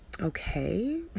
Okay